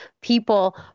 people